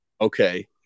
Okay